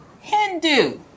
Hindu